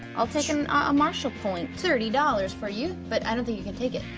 i'll take and a marshal point. thirty dollars for you, but i don't think you can take it.